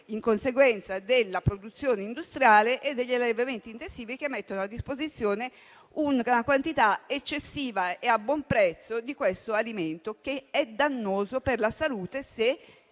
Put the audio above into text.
in conseguenza della produzione industriale e degli allevamenti intensivi, che mettono a disposizione una quantità eccessiva e a buon prezzo di un alimento dannoso per la salute se consumato